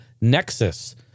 Nexus